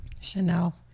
Chanel